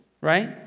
right